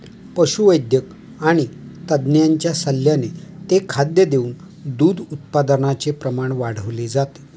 पशुवैद्यक आणि तज्ञांच्या सल्ल्याने ते खाद्य देऊन दूध उत्पादनाचे प्रमाण वाढवले जाते